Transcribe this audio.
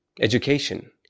Education